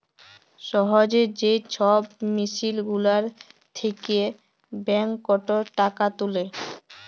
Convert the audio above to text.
সহজে যে ছব মেসিল গুলার থ্যাকে ব্যাংকটর টাকা তুলে